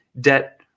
debt